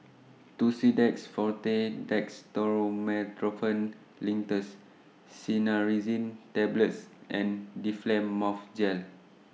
Tussidex Forte Dextromethorphan Linctus Cinnarizine Tablets and Difflam Mouth Gel